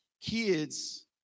Kids